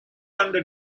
under